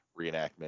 reenactment